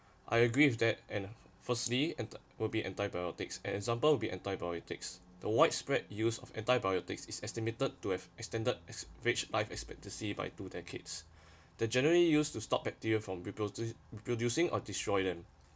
I agree with that and firstly anti~ will be antibiotics an example will be antibiotics the widespread use of antibiotics is estimated to have extended has reached life expectancy by two decades they generally used to stop bacteria from people to producing or destroy them